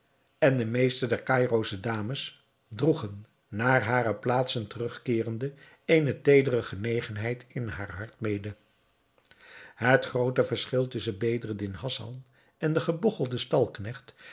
en de meeste der caïrosche dames droegen naar hare plaatsen terugkeerende eene teedere genegenheid in haar hart mede het groote verschil tusschen bedreddin hassan en den gebogchelden